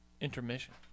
intermission